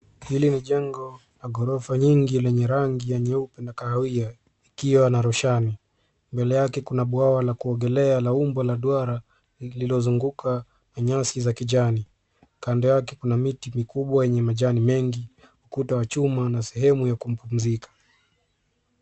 Hili ni jengo la ghorofa nyingi lenye rangi ya nyeupe na kahawia likiwa na roshani. Mbele yake kuna bwawa la kuogelea la umbo la duara lililo zukunga na nyasi za kijani. Kando yake kuna miti mikubwa yenye majani mengi, ukuta wa chuma na sehemu ya kupumzika.